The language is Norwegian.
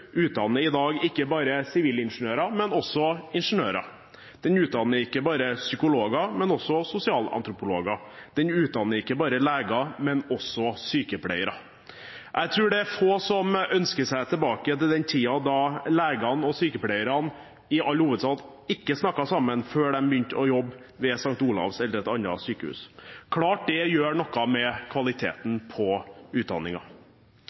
utdanner i dag ikke bare sivilingeniører, men også ingeniører. Den utdanner ikke bare psykologer, men også sosialantropologer. Den utdanner ikke bare leger, men også sykepleiere. Jeg tror det er få som ønsker seg tilbake til den tiden da legene og sykepleierne i all hovedsak ikke snakket sammen før de begynte å jobbe ved St. Olavs Hospital eller et annet sykehus. Det er klart at det gjør noe med kvaliteten